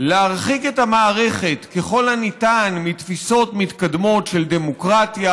להרחיק את המערכת ככל הניתן מתפיסות מתקדמות של דמוקרטיה,